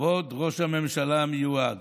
כבוד ראש הממשלה המיועד,